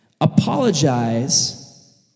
Apologize